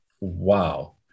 Wow